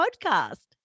podcast